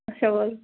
اَچھا وَلہٕ